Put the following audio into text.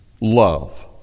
Love